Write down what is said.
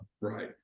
Right